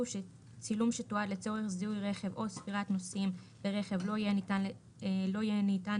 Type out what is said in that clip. שצילום שתועד לצורך זיהוי רכב או ספירת נוסעים ברכב לא יהיה ניתן